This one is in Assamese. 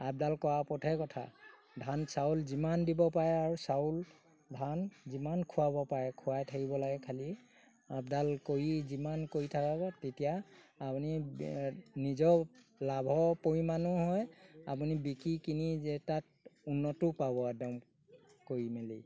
আপডাল কৰাৰ ওপৰতহে কথা ধান চাউল যিমান দিব পাৰে আৰু চাউল ধান যিমান খুৱাব পাৰে খুৱাই থাকিব লাগে খালি আপডাল কৰি যিমান কৰি থাকিব তেতিয়া আপুনি নিজৰ লাভৰ পৰিমাণো হয় আপুনি বিকি কিনি যে তাত উন্নতো পাব একদম কৰি মেলি